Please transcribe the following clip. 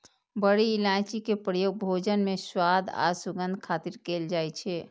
बड़ी इलायची के प्रयोग भोजन मे स्वाद आ सुगंध खातिर कैल जाइ छै